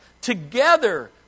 Together